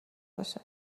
باشه